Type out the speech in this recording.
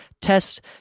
test